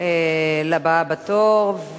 לבאה בתור.